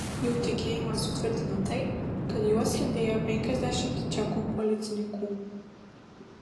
jų tikėjimą sutvirtino tai kad juos lydėjo penkiasdešimt čekų policininkų